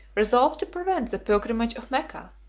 resolved to prevent the pilgrimage of mecca,